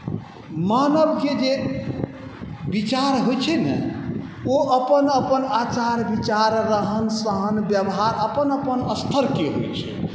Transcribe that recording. मानवके जे विचार होइ छै ने ओ अपन अपन आचार विचार रहन सहन बेवहार अपन अपन स्तरके होइ छै